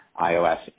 iOS